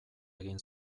egin